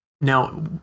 Now